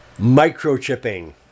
Microchipping